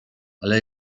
ale